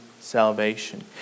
salvation